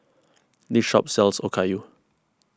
this shop sells Okayu